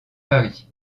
paris